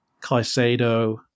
Caicedo